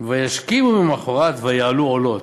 "וישכימו ממחרת ויעלו עלת",